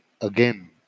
again